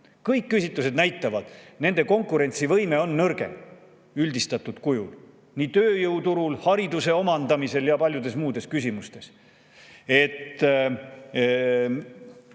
Kõik küsitlused näitavad, et nende konkurentsivõime on üldistatud kujul nõrgem tööjõuturul, hariduse omandamisel ja paljudes muudes küsimustes.